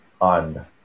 on